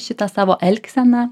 šitą savo elgseną